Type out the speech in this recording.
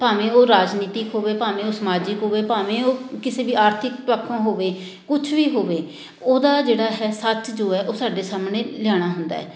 ਭਾਵੇਂ ਉਹ ਰਾਜਨੀਤਿਕ ਹੋਵੇ ਭਾਵੇਂ ਉਹ ਸਮਾਜਿਕ ਹੋਵੇ ਭਾਵੇਂ ਉਹ ਕਿਸੇ ਵੀ ਆਰਥਿਕ ਪੱਖੋਂ ਹੋਵੇ ਕੁਛ ਵੀ ਹੋਵੇ ਉਹਦਾ ਜਿਹੜਾ ਹੈ ਸੱਚ ਜੋ ਹੈ ਉਹ ਸਾਡੇ ਸਾਹਮਣੇ ਲਿਆਉਣਾ ਹੁੰਦਾ ਹੈ